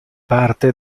parte